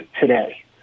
today